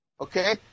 Okay